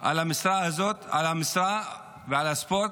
על המשרה הזאת, על המשרה ועל הספורט,